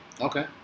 Okay